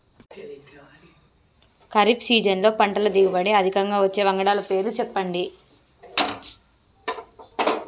ఖరీఫ్ సీజన్లో పంటల దిగుబడి అధికంగా వచ్చే వంగడాల పేర్లు చెప్పండి?